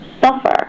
suffer